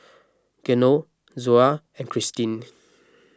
Geno Zoa and Christene